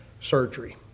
surgery